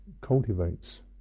cultivates